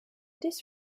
this